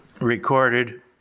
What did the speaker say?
recorded